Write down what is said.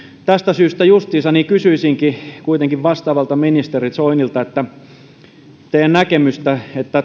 tästä syystä justiinsa kysyisinkin kuitenkin vastaavalta ministeri soinilta teidän näkemystänne